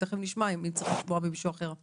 תיכף נשמע אם צריך לשמוע ממישהו אחר.